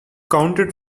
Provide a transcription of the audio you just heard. counted